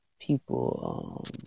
people